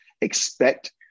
expect